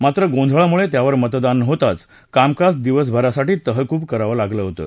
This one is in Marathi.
मात्र गोंधळामुळे त्यावर मतदान न होताच कामकाज दिवसभरासाठी तहकूब करावं लागलं होतं